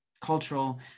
cultural